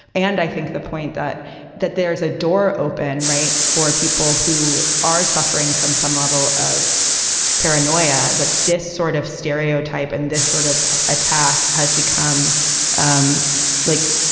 and i think the point that that there is a door open. right, for people who are suffering from some level of paranoia that this sort of stereotype and this sort of attack has become um like